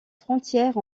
frontière